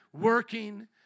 working